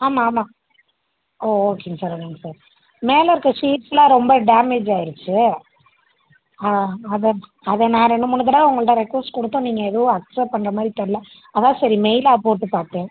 ஆமாம் ஆமாம் ஓ ஓகேங்க சார் ஓகேங்க சார் மேலே இருக்கற ஷீட்ஸெலாம் ரொம்ப டேமேஜ் ஆகிருச்சி ஆ அதை அதை நான் ரெண்டு மூணு தடவை உங்கள்கிட்ட ரெக்குவஸ்ட் கொடுத்தேன் நீங்கள் எதுவும் அக்செப்ட் பண்ணுற மாதிரி தெரியல அதுதான் சரி மெயிலாக போட்டு பார்த்தேன்